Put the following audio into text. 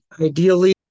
Ideally